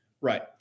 Right